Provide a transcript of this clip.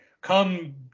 Come